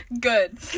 Good